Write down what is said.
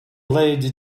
lady